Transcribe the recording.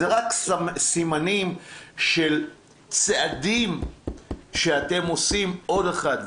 זה רק סימנים של צעדים שאתם עושים עוד אחד,